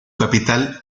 capital